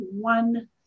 one